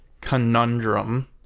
conundrum